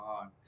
on